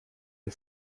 der